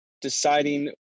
deciding